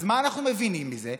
אז מה אנחנו מבינים מזה?